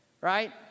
Right